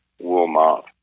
Walmart